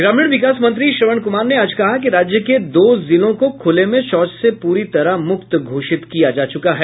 ग्रामीण विकास मंत्री श्रवण कुमार ने आज कहा कि राज्य के दो जिलों को खुले में शौच से पूरी तरह मुक्त घोषित किया जा चुका है